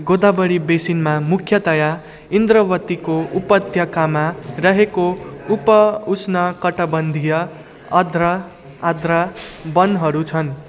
गोदावरी बेसिनमा मुख्यतया इन्द्रावतीको उपत्यकामा रहेका उप उष्णकटबन्धीय अर्ध आर्द्रवनहरू छन्